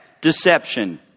deception